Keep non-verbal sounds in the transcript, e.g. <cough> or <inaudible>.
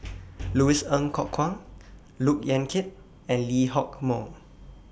<noise> Louis Ng Kok Kwang Look Yan Kit and Lee Hock Moh